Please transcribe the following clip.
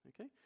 okay